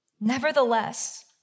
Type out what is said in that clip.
Nevertheless